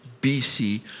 BC